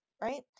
right